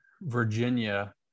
Virginia